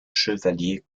chevaliers